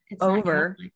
over